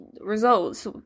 results